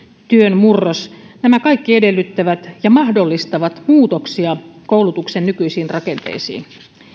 työn murros ja nämä kaikki edellyttävät ja mahdollistavat muutoksia koulutuksen nykyisiin rakenteisiin